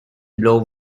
blow